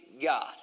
God